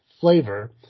flavor